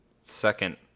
second